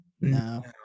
No